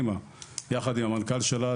יחד עם המנכ"ל שלה,